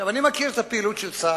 עכשיו, אני מכיר את הפעילות של צה"ל,